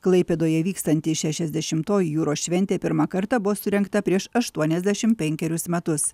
klaipėdoje vykstanti šešiasdešimtoji jūros šventė pirmą kartą buvo surengta prieš aštuoniasdešimt penkerius metus